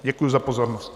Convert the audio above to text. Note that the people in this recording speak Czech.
Děkuji za pozornost.